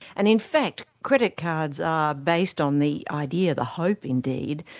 and in fact, credit cards are based on the idea, the hope indeed,